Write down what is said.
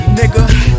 nigga